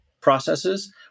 processes